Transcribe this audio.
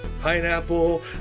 Pineapple